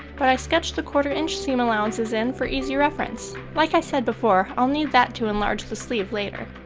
but i sketch the quarter inch seam allowances in for easy reference. like i said before, i'll need that to enlarge the sleeve later.